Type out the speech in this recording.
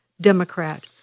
Democrat